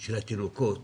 של התינוקות